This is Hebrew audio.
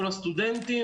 כל הסטודנטים,